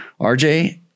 RJ